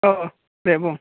औ दे बुं